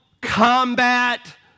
combat